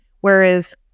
Whereas